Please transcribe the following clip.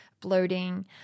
bloating